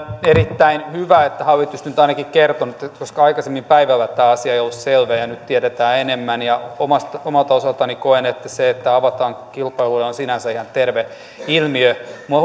erittäin hyvä että hallitus nyt ainakin on kertonut koska aikaisemmin päivällä tämä asia ei ollut selvä ja nyt tiedetään enemmän omalta osaltani koen että se että avataan kilpailulle on sinänsä ihan terve ilmiö minua